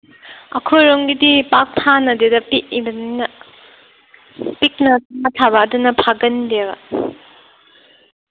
ꯑꯩꯈꯣꯏꯔꯣꯝꯒꯤꯗꯤ ꯄꯥꯛ ꯐꯥꯅꯗꯦꯗ ꯄꯤꯛꯏꯕꯅꯤꯅ ꯄꯤꯛꯅ ꯉꯥ ꯑꯗꯨꯅ ꯐꯥꯒꯟꯗꯦꯕ